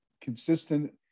consistent